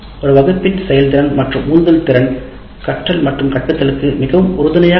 ஒரு வகுப்பின் செயல்திறன் மற்றும் உந்துதல் திறன் கற்றல் மற்றும் கற்பித்தல்க்கு மிகவும் உறுதுணையாக இருக்கும்